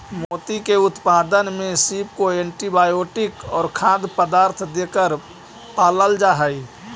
मोती के उत्पादन में सीप को एंटीबायोटिक और खाद्य पदार्थ देकर पालल जा हई